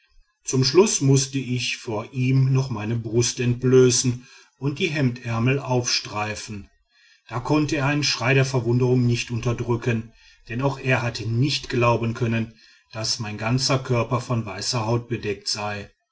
zum schluß mußte ich vor ihm noch meine brust entblößen und die hemdärmel aufstreifen da konnte er einen schrei der verwunderung nicht unterdrücken denn auch er hatte nicht glauben können daß mein ganzer körper von weißer haut bedeckt sei